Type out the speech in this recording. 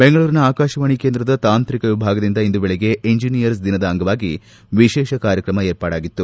ಬೆಂಗಳೂರಿನ ಆಕಾಶವಾಣಿ ಕೇಂದ್ರದ ತಾಂತ್ರಿಕ ವಿಭಾಗದಿಂದ ಇಂದು ಬೆಳಗ್ಗೆ ಎಂಜಿನಿಯರ್ಸ್ ದಿನದ ಅಂಗವಾಗಿ ವಿಶೇಷ ಕಾರ್ಯಕ್ರಮ ಏರ್ಪಾಡಾಗಿತ್ತು